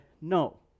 no